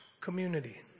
community